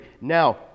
now